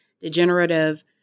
degenerative